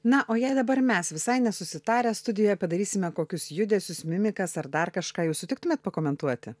na o jei dabar mes visai nesusitarę studijoje padarysime kokius judesius mimikas ar dar kažką jūs sutiktumėt pakomentuoti